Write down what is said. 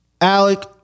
Alec